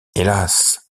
hélas